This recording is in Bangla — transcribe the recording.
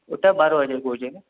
ওটা বারো হাজার করেছে